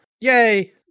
yay